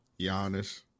Giannis